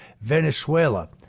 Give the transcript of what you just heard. Venezuela